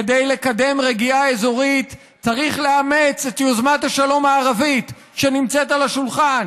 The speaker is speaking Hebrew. כדי לקדם רגיעה אזורית צריך לאמץ את יוזמת השלום הערבית שנמצאת על השולחן